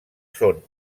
són